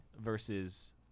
versus